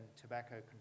tobacco